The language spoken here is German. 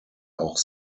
auch